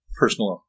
personal